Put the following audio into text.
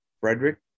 Frederick